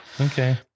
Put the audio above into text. Okay